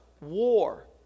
war